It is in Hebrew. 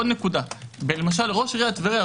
ראש עיריית טבריה,